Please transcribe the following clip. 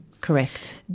Correct